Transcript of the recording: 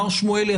מר שמואלי,